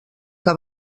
que